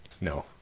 No